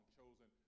chosen